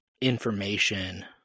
information